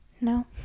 no